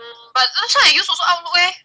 but actually 安徽